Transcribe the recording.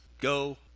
Go